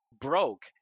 broke